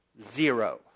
Zero